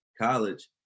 college